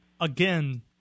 Again